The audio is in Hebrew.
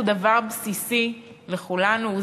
הוא דבר בסיסי לכולנו,